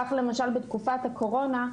כך למשל בתקופת הקורונה,